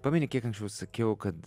pameni kiek anksčiau sakiau kad